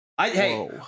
Hey